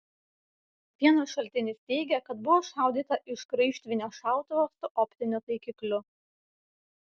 vienas šaltinis teigia kad buvo šaudyta iš graižtvinio šautuvo su optiniu taikikliu